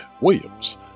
Williams